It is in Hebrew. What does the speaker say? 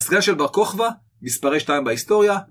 הסגן של בר כוכבא, מספרי שתיים בהיסטוריה.